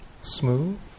smooth